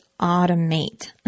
automate